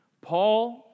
Paul